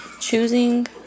choosing